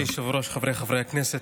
מכובדי היושב-ראש, חבריי חברי הכנסת,